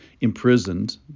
imprisoned